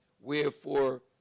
wherefore